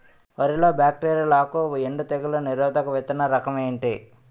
వరి లో బ్యాక్టీరియల్ ఆకు ఎండు తెగులు నిరోధక విత్తన రకం ఏంటి?